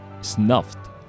snuffed